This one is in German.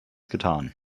getan